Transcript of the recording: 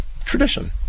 tradition